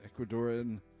Ecuadorian